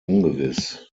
ungewiss